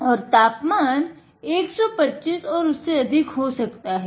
और तापमान 125 और उससे अधिक हो सकता है